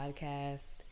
podcast